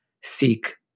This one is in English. seek